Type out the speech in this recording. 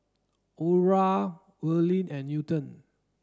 Audra Earline and Newton